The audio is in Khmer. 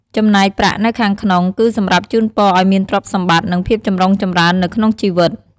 ចំណែកប្រាក់នៅខាងក្នុង គឺសម្រាប់ជូនពរឱ្យមានទ្រព្យសម្បត្តិ និងភាពចម្រុងចម្រើននៅក្នុងជិវិត។